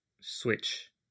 switch